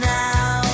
now